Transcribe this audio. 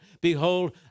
Behold